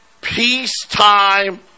peacetime